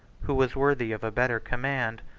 who was worthy of a better command,